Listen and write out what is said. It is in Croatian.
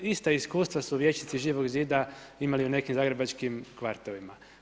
Ista iskustva su vijećnici Živog zida imali u nekim zagrebačkim kvartovima.